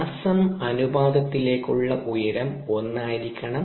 വ്യാസം അനുപാതത്തിലേക്കുള്ള ഉയരം 1 ആയിരിക്കണം